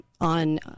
on